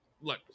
look